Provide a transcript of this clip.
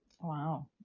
Wow